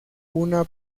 una